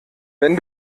wenn